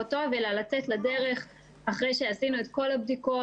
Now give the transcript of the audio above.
טוב אלא לצאת לדרך אחרי שעשינו את כל הבדיקות,